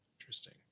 Interesting